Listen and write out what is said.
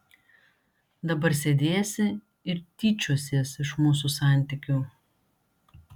dabar sėdėsi ir tyčiosies iš mūsų santykių